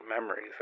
memories